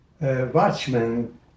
watchman